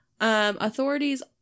Authorities